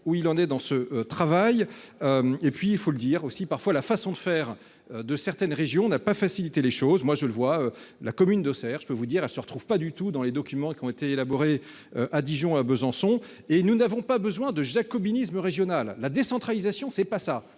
où il en est dans ce travail. Et puis il faut le dire aussi parfois la façon de faire de certaines régions n'a pas facilité les choses, moi je le vois. La commune d'Auxerre. Je peux vous dire, à se retrouve pas du tout dans les documents qui ont été élaborés à Dijon à Besançon et nous n'avons pas besoin de jacobinisme régional la décentralisation c'est pas ça